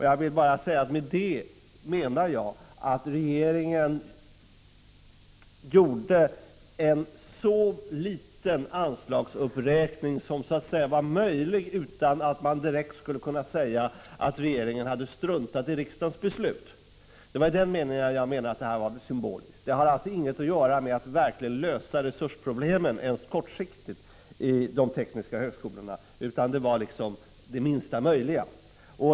Jag vill bara säga att jag med det menar att regeringen gjorde minsta möjliga anslagsuppräkning, men dock en uppräkning som inte var så liten att man direkt skulle kunna säga att regeringen hade struntat i riksdagens beslut. Det var i den meningen som anslagsuppräkningen var symbolisk enligt min uppfattning. Demhar alltså inget att göra med försök att ens kortsiktigt lösa resursproblemen i de tekniska högskolorna, utan den var den minsta möjliga.